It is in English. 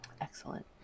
excellent